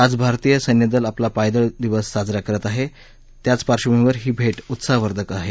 आज भारतीय सैन्यदल आपला पायदळ दिवस साजरा करत आहे या पार्श्वभूमीवर ही भेट उत्साहवर्धक आहे